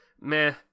meh